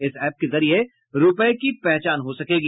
इस एप के जरिए रुपए की पहचान हो सकेगी